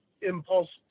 impulse